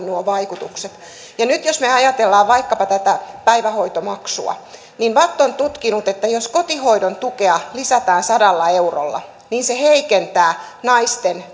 nuo vaikutukset ja jos me nyt ajattelemme vaikkapa tätä päivähoitomaksua niin vatt on tutkinut että jos kotihoidon tukea lisätään sadalla eurolla niin se heikentää naisten